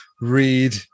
read